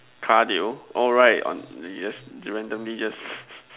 cardio oh right on yes randomly just